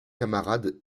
camarades